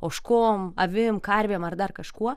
ožkom avim karvėm ar dar kažkuo